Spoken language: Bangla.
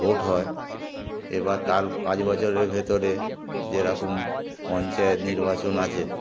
ভোট হয় এবার তার পাঁচ বছরের ভেতরে যেরকম পঞ্চায়েত নির্বাচন আছে